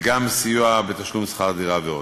וגם סיוע בתשלום שכר דירה, ועוד.